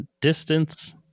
distance